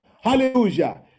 hallelujah